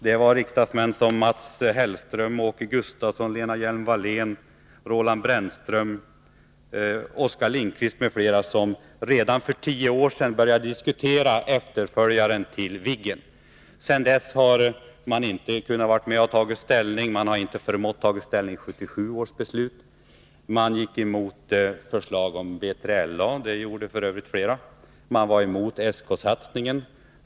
Det var riksdagsledamöter som Mats Hellström, Åke Gustavsson, Lena Hjelm Wallén, Roland Brännström, Oskar Lindkvist m.fl. som redan för tio år sedan började diskutera efterföljaren till Viggen. Sedan dess har man inte kunnat vara med och ta ställning. Man har inte förmått att ta ställning i 1977 års beslut, och man gick emot förslaget om B3LA — det gjorde f. ö. flera. Man var även emot SK 2-satsningen.